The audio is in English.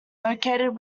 located